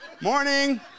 Morning